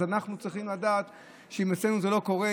אז אנחנו צריכים לדעת שאם אצלנו זה לא קורה,